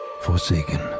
forsaken